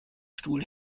stuhl